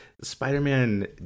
Spider-Man